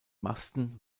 masten